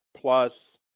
plus